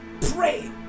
pray